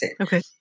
Okay